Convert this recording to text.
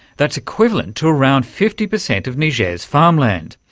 that's equivalent to around fifty percent of niger's farmland.